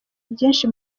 byinshi